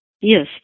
Yes